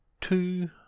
two